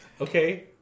Okay